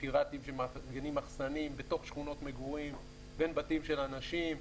פיראטים שמארגנים מחסנים בתוך שכונות מגורים בין בתים של אנשים,